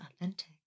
authentic